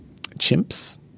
chimps